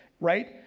right